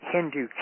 Hindu